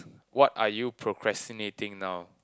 what are you procrastinating now